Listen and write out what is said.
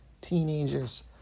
Teenagers